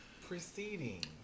Proceeding